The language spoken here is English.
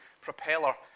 propeller